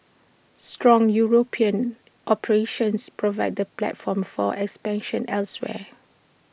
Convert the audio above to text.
strong european operations provide the platform for expansion elsewhere